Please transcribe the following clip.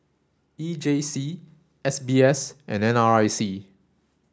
E J C S B S and N R I C